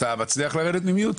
מישהו אחר מהממונים?